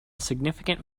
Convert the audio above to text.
significant